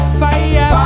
fire